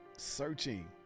searching